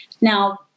Now